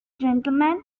gentlemen